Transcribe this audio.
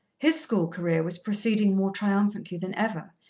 his school career was proceeding more triumphantly than ever,